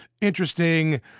interesting